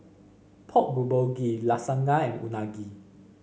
Pork Bulgogi Lasagna and Unagi